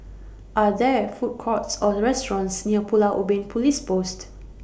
Are There Food Courts Or restaurants near Pulau Ubin Police Post